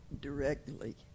directly